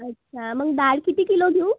अच्छा मग डाळ किती किलो घेऊ